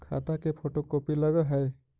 खाता के photocopy लगहै?